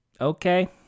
Okay